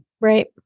Right